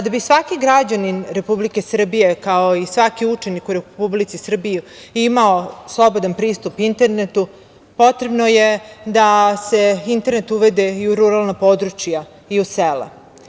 Da bi svaki građanin Republike Srbije, kao i svaki učenik u Republici Srbiji imao slobodan pristup internetu, potrebno je da se internet uvede i u ruralna područja i u sela.